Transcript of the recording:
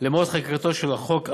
למועד חקיקתו של החוק המוצע.